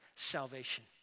salvation